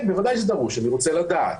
כן, בוודאי שזה דרוש, אני רוצה לדעת.